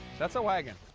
that's a wagon.